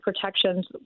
protections